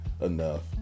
enough